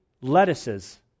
lettuces